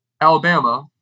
Alabama